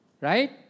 right